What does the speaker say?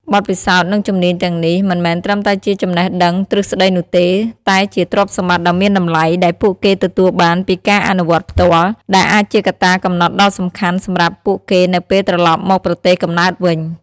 បទពិសោធន៍ និងជំនាញទាំងនេះ មិនមែនត្រឹមតែជាចំណេះដឹងទ្រឹស្ដីនោះទេ តែជាទ្រព្យសម្បត្តិដ៏មានតម្លៃដែលពួកគេទទួលបានពីការអនុវត្តផ្ទាល់ ដែលអាចជាកត្តាកំណត់ដ៏សំខាន់សម្រាប់ពួកគេនៅពេលត្រឡប់មកប្រទេសកំណើតវិញ។